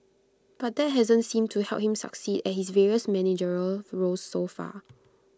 but that hasn't seemed to help him succeed at his various managerial roles so far